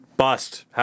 Bust